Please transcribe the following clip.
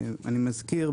אני מזכיר,